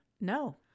no